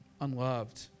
unloved